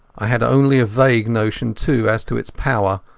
i had only a vague notion, too, as to its power,